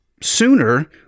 sooner